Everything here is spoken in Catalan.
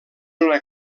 una